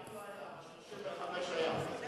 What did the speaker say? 40 לא היה, 35 היה.